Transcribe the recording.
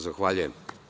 Zahvaljujem.